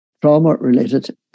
trauma-related